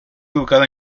educada